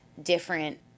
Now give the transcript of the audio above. different